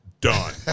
done